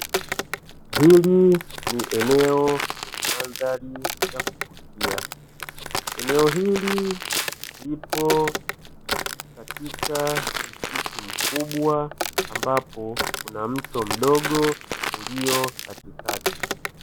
Hili ni eneo lenye mandhari ya kuvutia, eneo hili lipo katika msitu mkubwa ambapo kuna mto mdogo ulio katikati.